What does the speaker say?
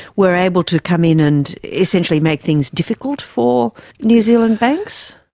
were able to come in and essentially make things difficult for new zealand banks?